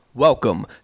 Welcome